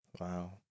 Wow